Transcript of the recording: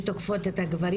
שתוקפות את הגברים.